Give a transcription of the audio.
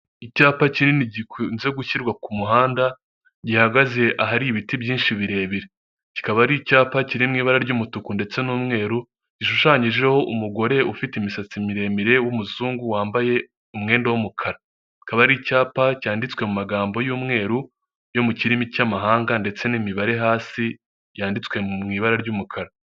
Icyapa kinini gikunze gushyirwa ku muhanda gihagaze ahari ibiti byinshi birebire, kikaba ari icyapa kiri mu ibara ry'umutuku ndetse n'umweru gishushanyijeho umugore ufite imisatsi miremire w'umuzungu wambaye umwenda w'umukara, akaba ari icyapa cyanditswe mu magambo y'umweru yo mu kirimi cy'amahanga ndetse n'imibare hasi yanditswe mu ibara ry'umukara.